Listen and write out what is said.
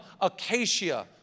Acacia